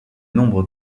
nombre